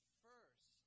first